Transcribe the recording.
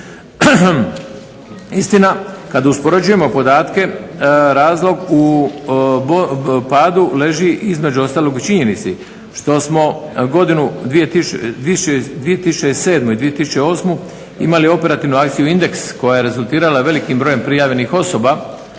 Istina, kad uspoređujemo podatke, razlog u padu leži između ostalog u činjenici što smo godinu 2007., 2008. imali operativnu akciju "Indeks" koja je rezultirala velikim brojem prijavljenih osoba